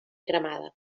cremada